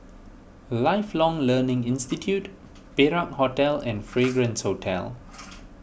Lifelong Learning Institute Perak Hotel and Fragrance Hotel